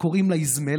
קוראים לה איזמל,